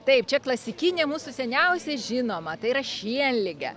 taip čia klasikinė mūsų seniausia žinoma tai yra šienlige